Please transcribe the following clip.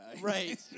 Right